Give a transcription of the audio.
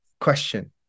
question